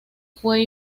fue